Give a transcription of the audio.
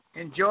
enjoy